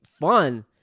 fun